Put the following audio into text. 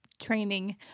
training